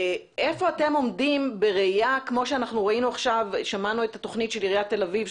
איפה אתם עומדים בראיה כמו ששמענו עכשיו את התוכנית של עיריית תל אביב,